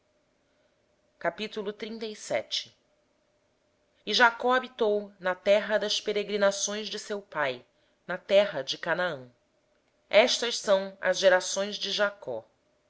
dos edomeus jacó habitava na terra das peregrinações de seu pai na terra de canaã estas são as gerações de jacó